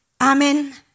amen